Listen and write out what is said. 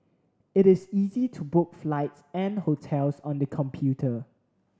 it is easy to book flights and hotels on the computer